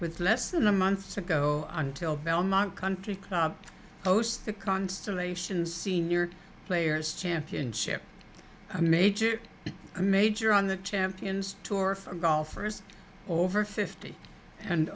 with less than a month ago until belmont country club host the constellation senior players championship a major a major on the champions tour for golfers over fifty and